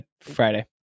Friday